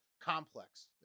Complex